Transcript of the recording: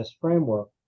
framework